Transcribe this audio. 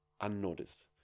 unnoticed